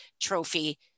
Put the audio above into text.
trophy